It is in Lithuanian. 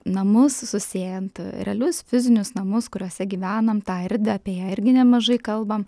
namus susiejant realius fizinius namus kuriuose gyvenam tą erdvę apie ją irgi nemažai kalbam